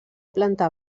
planta